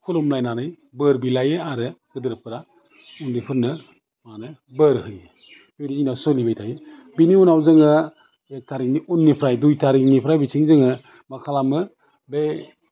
खुलुमलायनानै बोर बिलायो आरो गेदेरफोरा उन्दैफोरनो मा होनो बोर होयो बिदि जोंना सोलिबाय थायो बिनि उनाव जोङो एक थारिकनि उननिफ्राय दुइ थारिकनिफ्राय बिथिं जोङो मा खालामो बे